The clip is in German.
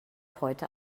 heute